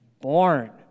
born